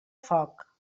foc